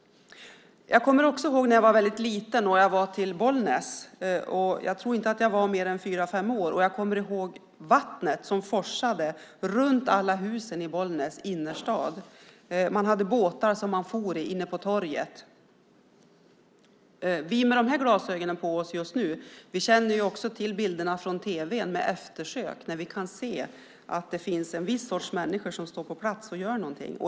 Jag kommer också ihåg när jag var liten och var i Bollnäs. Jag tror inte att jag var mer än fyra fem år. Jag kommer ihåg vattnet som forsade runt alla husen i Bollnäs innerstad. Man for i båtar inne på torget. Vi känner också till bilderna från tv med eftersök, där vi kan se att det finns en viss sorts människor som hela tiden finns på plats och gör något.